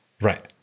Right